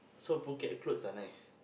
so Phuket clothes are nice